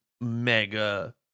mega